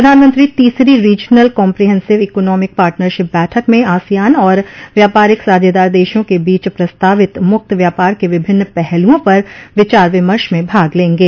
प्रधानमंत्री तीसरे regional comprehensive economic partnership बैठक में आसियान और व्यापारिक साझेदार देशों के बीच प्रस्तावित मुक्त व्यापार के विभिन्न पहलुओं पर विचार विमर्श में भाग लेंगे